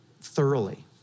thoroughly